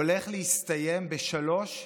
הולך להסתיים בשלוש דקות: